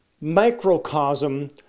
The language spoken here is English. microcosm